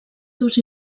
seus